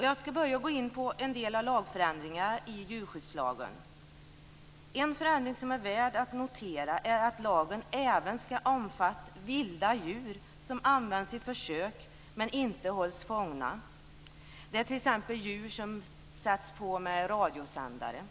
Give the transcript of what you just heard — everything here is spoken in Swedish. Jag börjar med att gå in på en del av lagförändringarna i djurskyddslagen. En förändring som är värd att notera är att lagen även skall omfatta vilda djur som används i försök men inte hålls fångna. Det är t.ex. djur som man har satt radiosändare på.